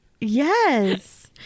Yes